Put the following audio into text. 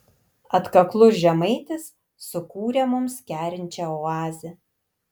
atkaklus žemaitis sukūrė mums kerinčią oazę